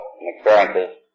experiences